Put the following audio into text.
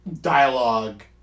Dialogue